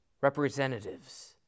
representatives